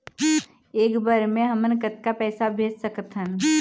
एक बर मे हमन कतका पैसा भेज सकत हन?